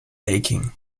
aching